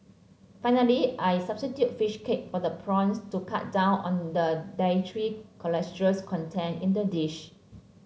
finally I substitute fish cake for the prawns to cut down on the dietary cholesterol content in the dish